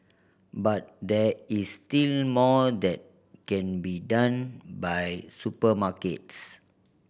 but there is still more that can be done by supermarkets